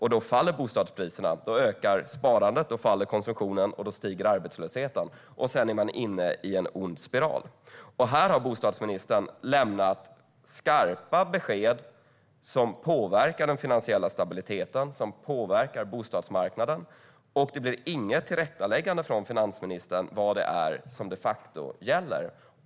Då faller bostadspriserna. Då ökar sparandet, då faller konsumtionen och då stiger arbetslösheten. Sedan är man inne i en ond spiral. Här har bostadsministern lämnat skarpa besked som påverkar den finansiella stabiliteten och påverkar bostadsmarknaden. Och det blir inget klarläggande från finansministern om vad som de facto gäller.